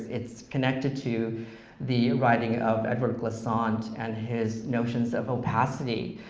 it's connected to the writing of edouard glissant and his notions of opacity,